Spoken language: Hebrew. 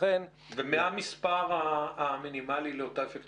ומהמספר המינימלי לאותה אפקטיביות?